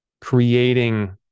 creating